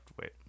wait